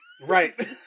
Right